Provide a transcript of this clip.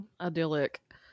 idyllic